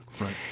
Right